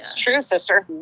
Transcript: it's true, sister.